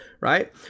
right